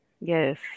Yes